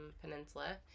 peninsula